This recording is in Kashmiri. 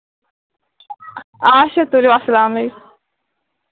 آچھا تُلِو اَلسلام عَلے